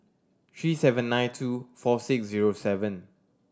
three seven nine two four six zero seven